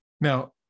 Now